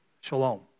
Shalom